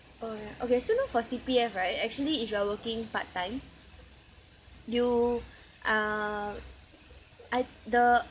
oh ya okay so you know for C_P_F right actually if you are working part-time you uh I the